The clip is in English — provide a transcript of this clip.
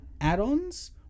add-ons